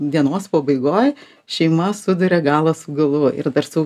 dienos pabaigoj šeima suduria galą su galu ir dar su